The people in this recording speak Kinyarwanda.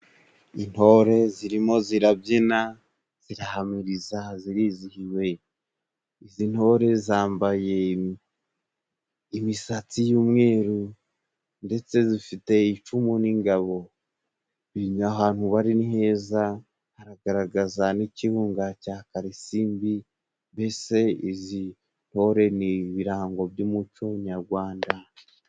Intore zirimo zirabyina zirahamiriza zirizihiwe izi ntore zambaye imisatsi y'umweru ndetse zifite icumu n'ingabo ahantu bari ni heza hagaragaza n'ikirunga cya karilisimbi mbese izi ntore nibirango by'umuco nyagwanda.